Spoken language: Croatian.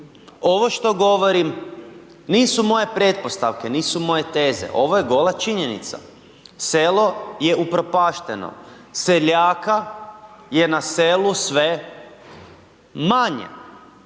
Ovo što govorim nisu moje pretpostavke, nisu moje teze, ovo je gola činjenica, selo je upropašteno, seljaka je na selu sve manje.